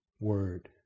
word